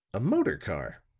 a motor car,